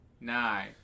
Nine